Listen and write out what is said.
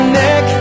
neck